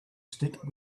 stick